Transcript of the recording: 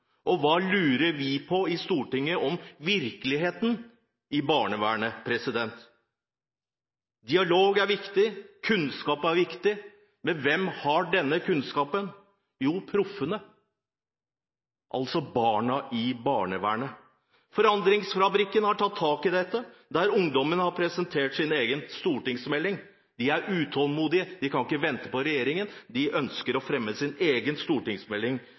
Og hva lurer vi i Stortinget på om virkeligheten i barnevernet? Dialog er viktig. Kunnskap er viktig. Men hvem har denne kunnskapen? Jo, proffene, altså barna i barnevernet. Forandringsfabrikken har tatt tak i dette, og ungdommen der har presentert sin egen stortingsmelding. De er utålmodige. De kan ikke vente på regjeringen. De ønsker å fremme sin egen stortingsmelding,